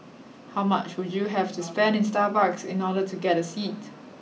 how much would you have to spend in Starbucks in order to get a seat